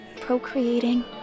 procreating